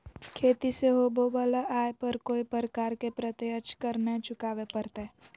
खेती से होबो वला आय पर कोय प्रकार के प्रत्यक्ष कर नय चुकावय परतय